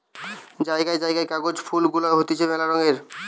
জায়গায় জায়গায় কাগজ ফুল গুলা হতিছে মেলা রঙের